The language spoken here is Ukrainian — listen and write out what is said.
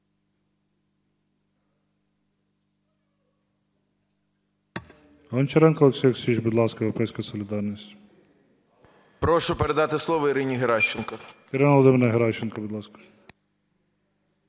Прошу передати слово Ірині Геращенко.